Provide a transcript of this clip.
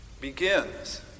begins